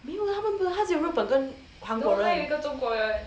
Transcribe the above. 没有 lah 他们没有她只有日本跟韩国人